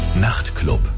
Nachtclub